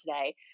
today